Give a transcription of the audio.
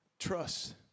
Trust